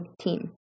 team